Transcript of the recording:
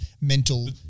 mental